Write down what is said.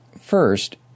First